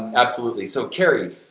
absolutely! so, carrie,